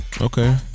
Okay